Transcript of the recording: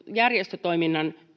järjestötoiminnan